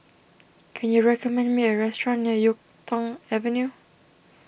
can you recommend me a restaurant near Yuk Tong Avenue